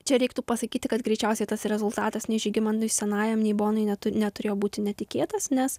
čia reiktų pasakyti kad greičiausiai tas rezultatas nei žygimantui senajam nei bonai ne neturėjo būti netikėtas nes